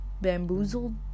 bamboozled